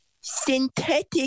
synthetic